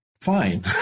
fine